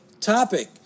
topic